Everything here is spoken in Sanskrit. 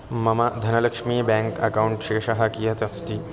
मम धनलक्ष्मी बेङ्क् अकौण्ट् शेषः कियत् अस्ति